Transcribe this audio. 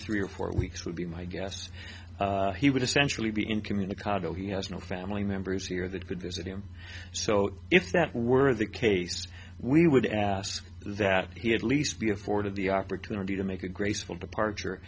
three or four weeks would be my guess he would essentially be incommunicado he has no family members here that could visit him so if that were the case we would ask that he had least be afforded the opportunity to make a graceful departure